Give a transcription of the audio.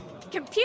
Computer